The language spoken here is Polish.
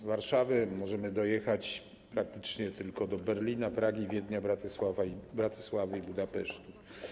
Z Warszawy możemy dojechać praktycznie tylko do Berlina, Pragi, Wiednia, Bratysławy i Budapesztu.